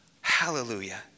hallelujah